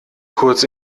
kurz